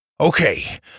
Okay